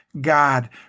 God